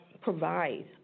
provide